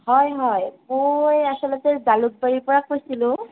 হয় হয় মই আচলতে জালুকবাৰীৰ পৰা কৈছিলোঁ